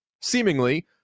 seemingly